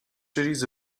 cities